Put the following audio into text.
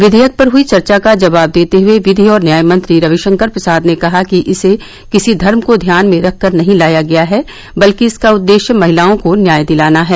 विधेयक पर हुई चर्चा का जवाब देते हुए विधि और न्याय मंत्री रविशंकर प्रसाद ने कहा कि इसे किसी धर्म को ध्यान में रखकर नहीं लाया गया है बल्कि इसका उद्देश्य महिलाओं को न्याय दिलाना है